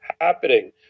happening